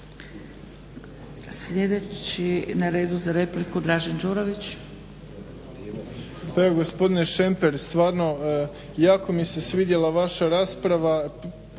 Sljedeći na redu za repliku Dražen Đurović.